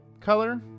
color